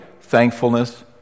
thankfulness